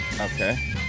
Okay